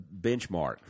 benchmark